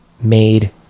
made